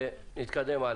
ונתקדם.